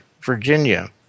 Virginia